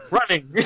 Running